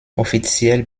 offiziell